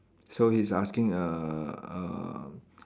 so it's asking err err